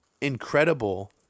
incredible